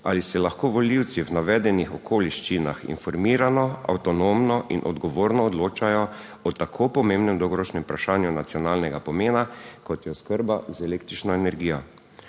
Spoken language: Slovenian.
ali se lahko volivci v navedenih okoliščinah informirano, avtonomno in odgovorno odločajo o tako pomembnem dolgoročnem vprašanju nacionalnega pomena, kot je oskrba z električno energijo.